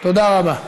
תודה רבה.